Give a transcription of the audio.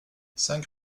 cinq